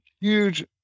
huge